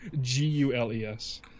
G-U-L-E-S